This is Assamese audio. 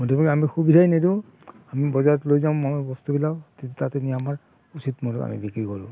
মধ্যভোগীক আমি সুবিধাই নিদিওঁ আমি বজাৰত লৈ যাওঁ মই বস্তুবিলাক তাতে নি আমাৰ উচিত মূল্যত আমি বিক্ৰী কৰোঁ